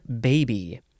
baby